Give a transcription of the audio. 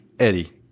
Eddie